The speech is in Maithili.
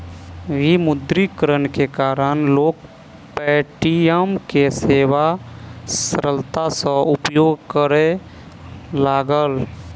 विमुद्रीकरण के कारण लोक पे.टी.एम के सेवा सरलता सॅ उपयोग करय लागल